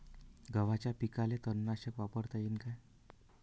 गव्हाच्या पिकाले तननाशक वापरता येईन का?